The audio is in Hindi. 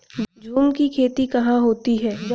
झूम की खेती कहाँ होती है?